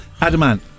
Adamant